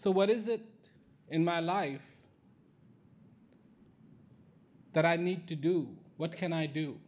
so what is it in my life that i need to do what can i do